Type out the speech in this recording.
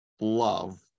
love